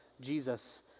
Jesus